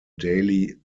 daily